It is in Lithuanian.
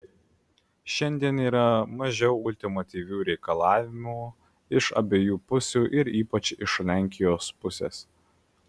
šiandien yra mažiau ultimatyvių reikalavimų iš abiejų pusių ir ypač iš lenkijos pusės